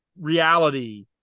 reality